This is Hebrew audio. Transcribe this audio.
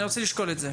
אני רוצה לשקול את זה.